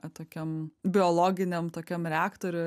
a tokiam biologiniam tokiam reaktoriui